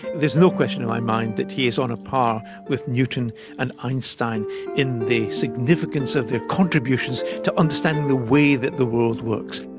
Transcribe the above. there is no question in my mind that he is on a par with newton and einstein in the significance of their contributions to understanding the way that the world works.